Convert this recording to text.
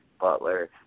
Butler